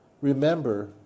Remember